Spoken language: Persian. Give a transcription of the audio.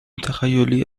تخیلی